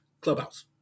Clubhouse